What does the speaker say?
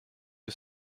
que